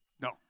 No